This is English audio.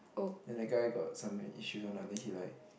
then the guy got some issues one ah then he like